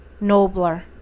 nobler